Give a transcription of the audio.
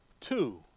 Two